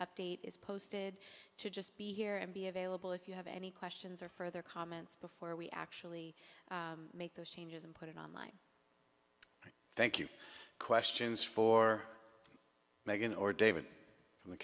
update is posted to just be here and be available if you have any questions or further comments before we actually make those changes and put it online thank you questions for meghan or david from the